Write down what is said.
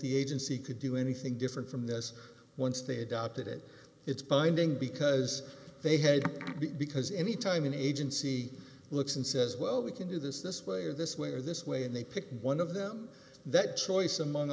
the agency could do anything different from this once they adopted it it's binding because they had to be because any time an agency looks and says well we can do this this way or this way or this way and they pick one of them that choice among